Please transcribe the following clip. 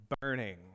burning